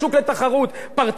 אתם עשיתם את זה, נכון?